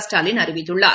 ஸ்டாலின் அறிவித்துள்ளார்